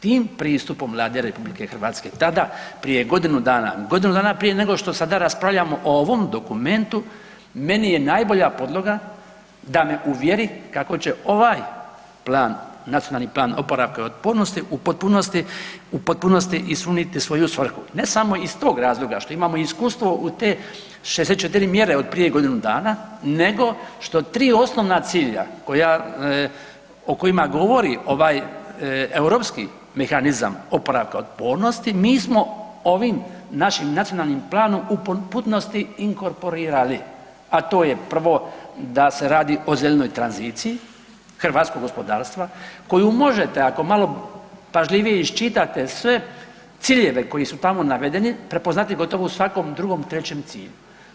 Tim pristupom Vlade RH, tada prije godinu dana, godinu dana prije nego što sada raspravljamo o ovom dokumentu, meni je najbolja podloga da me uvjeri kako će ovaj plan, NPO, u potpunosti ispuniti svoju svrhu, ne samo iz tog razloga što imamo iskustvo u te 64 mjere od prije godinu dana, nego što 3 osnovna cilja o kojima govori ovaj europski mehanizam oporavka i otpornosti, mi smo ovim našim nacionalnim planom u potpunosti inkorporirali a to je prvo, da se radi o zelenoj tranziciji hrvatskog gospodarstva koju možete ako malo pažljivije iščitate sve ciljeve koji su tamo navedeni, prepoznati u gotovo svakom drugom, trećem cilju.